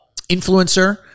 influencer